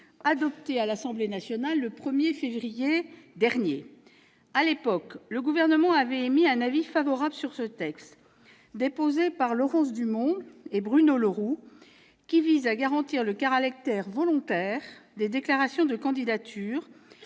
adoptée par l'Assemblée nationale le 1 février dernier. À l'époque, le Gouvernement avait émis un avis favorable sur ce texte, déposé par Laurence Dumont et Bruno Le Roux, qui vise à garantir le caractère volontaire des déclarations de candidature